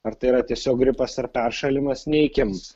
ar tai yra tiesiog gripas ar peršalimas neikim